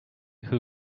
who